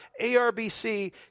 ARBC